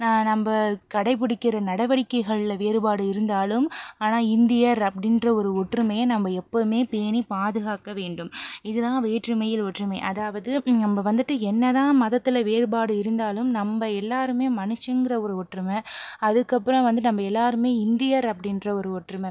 நம்ப கடைப்பிடிக்கிற நடவடிக்கைகளில் வேறுபாடு இருந்தாலும் ஆனால் இந்தியர் அப்படின்ற ஒரு ஒற்றுமையை நம்ப எப்போமே பேணி பாதுகாக்க வேண்டும் இதுதான் வேற்றுமையில் ஒற்றுமை அதாவது நம்ப வந்துட்டு என்னதான் மதத்தில் வேறுபாடு இருந்தாலும் நம்ப எல்லோருமே மனுஷங்கிற ஒரு ஒற்றுமை அதுக்கப்புறம் வந்துட்டு நம்ப எல்லாருமே இந்தியர் அப்டின்ற ஒரு ஒற்றுமை